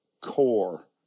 core